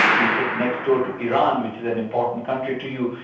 we sit next door to iran which is an important country to you.